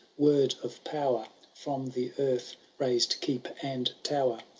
word of power. from the earth raised keep and tower.